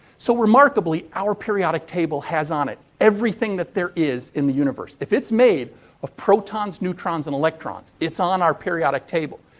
so, remarkably, our periodic table has on it everything that there is in the universe. if it's made of protons, neutrons and electrons it's on our periodic table.